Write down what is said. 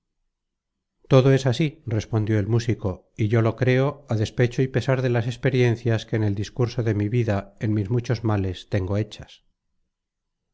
todo es así respondió el músico y yo lo creo á despecho y pesar de las experiencias que en el discurso de mi vida en mis muchos males tengo hechas